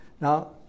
Now